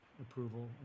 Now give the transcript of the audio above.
approval